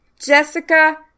Jessica